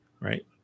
right